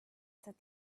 said